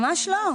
ממש לא.